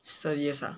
studious ah